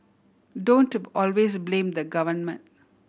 don't always blame the government